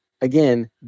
again